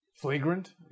Flagrant